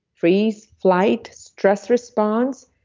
freeze, flight, stress response,